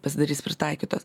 pasidarys pritaikytos